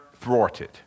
thwarted